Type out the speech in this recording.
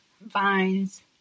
vines